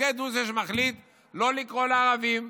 הפוקד הוא שמחליט לא לקרוא לערבים.